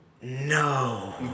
no